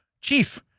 chief